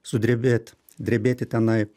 sudrebėt drebėti tenai